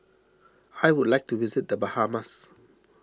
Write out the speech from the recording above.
I would like to visit the Bahamas